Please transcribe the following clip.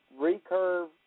recurve